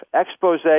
expose